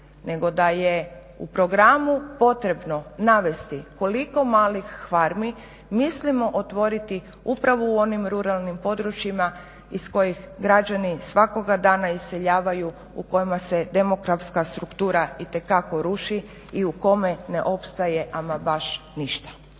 nego da je u programu potrebno navesti koliko malih farmi mislimo otvoriti upravo u onim ruralnim područjima iz kojih građani svakoga dana iseljavaju u kojima se demografska struktura itekako ruši i u kome ne opstaje ama baš ništa.